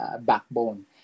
backbone